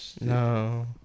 No